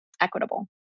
equitable